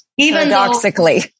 paradoxically